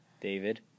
David